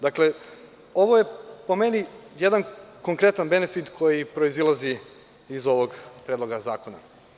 Dakle, ovo je po meni jedan konkretan benefit koji proizilazi iz ovog predloga zakona.